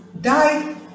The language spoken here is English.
died